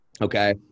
Okay